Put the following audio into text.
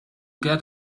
get